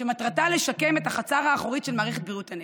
שמטרתה לשקם את החצר האחורית של מערך בריאות הנפש.